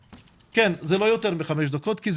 יותר מחמש דקות, אנחנו